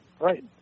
Right